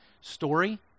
story